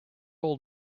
old